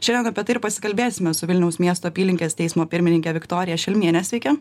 šiandien apie tai ir pasikalbėsime su vilniaus miesto apylinkės teismo pirmininke viktorija šelmiene sveiki